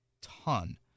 ton